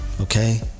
okay